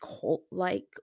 cult-like